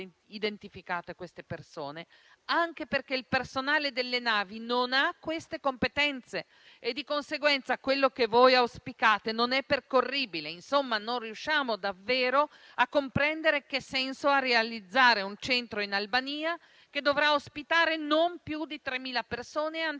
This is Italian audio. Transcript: identificate queste persone, anche perché il personale delle navi non ha queste competenze e, di conseguenza, quello che auspicate non è percorribile. Insomma, non riusciamo davvero a comprendere che senso abbia realizzare un centro in Albania che dovrà ospitare non più di 3.000 persone, anziché